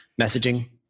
messaging